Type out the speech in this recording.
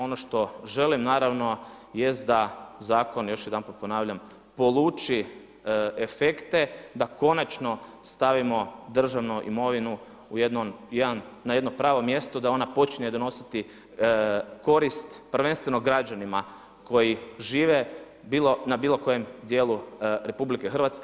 Ono što želim naravno jest da zakon, još jedanput ponavljam, poluči efekte da konačno stavimo državnu imovinu na jedno pravo mjesto da ona počne donositi korist, prvenstveno građanima koji žive na bilo kojem dijelu RH.